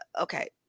okay